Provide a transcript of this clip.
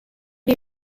les